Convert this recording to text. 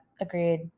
agreed